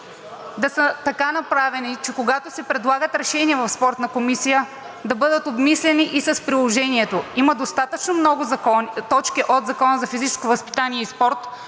да са така направени, че когато се предлагат решения в Спортната комисия, да бъдат обмисляни и с приложението? Има достатъчно много точки от Закона за физическото възпитание и спорта,